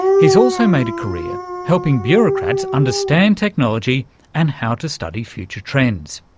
he's also made a career helping bureaucrats understand technology and how to study future trends.